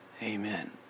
Amen